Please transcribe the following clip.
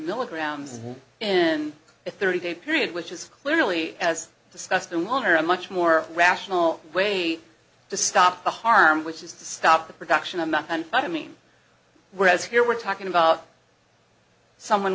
milligrams in a thirty day period which is clearly as discussed in one or a much more rational way to stop the harm which is to stop the production of methamphetamine were as here we're talking about someone